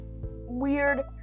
weird